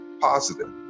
positive